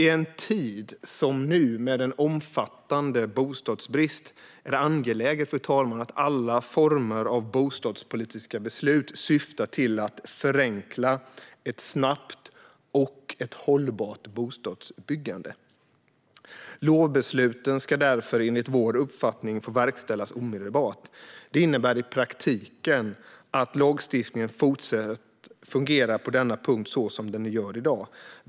I en tid som denna då vi har en omfattande bostadsbrist är det angeläget att alla former av bostadspolitiska beslut syftar till att förenkla för ett snabbt och hållbart bostadsbyggande. Lovbesluten ska därför, enligt vår uppfattning, få verkställas omedelbart. Det innebär i praktiken att lagstiftningen fortsätter att fungera på denna punkt så som den gör i dag.